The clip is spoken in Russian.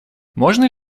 можно